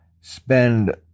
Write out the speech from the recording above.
spend